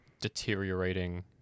deteriorating